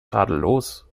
tadellos